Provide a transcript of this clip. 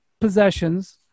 possessions